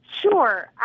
sure